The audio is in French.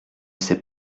sait